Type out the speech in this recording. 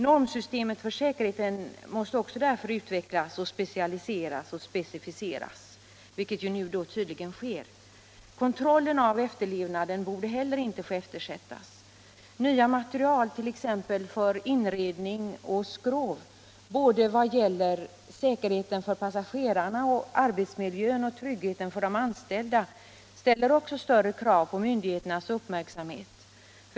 Därför måste också normsystemet för säkerheten utvecklas, specialiseras och specificeras, vilket tydligen nu också sker. Kontrollen av efterlevnaden borde heller inte få eftersättas. Också nya material, t.ex. för inredning och skrov, vad gäller både säkerheten för passagerarna och arbetsmiljön och tryggheten för de anställda ställer större krav på myndigheternas uppmärksamhet.